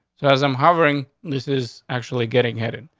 so as i'm hovering, this is actually getting headed.